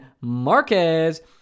Marquez